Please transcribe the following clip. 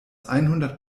einhundert